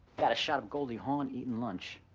got a shot of goldie hawn eatin' lunch.